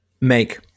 make